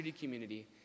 community